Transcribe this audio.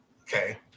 Okay